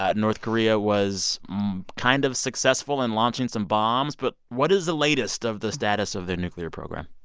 ah north korea was kind of successful in launching some bombs. but what is the latest of the status of their nuclear program?